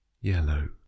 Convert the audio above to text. yellow